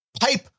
pipe